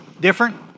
different